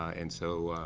and so,